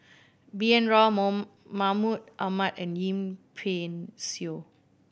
B N Rao Moon Mahmud Ahmad and Yip Pin Xiu